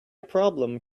problem